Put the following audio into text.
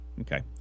Okay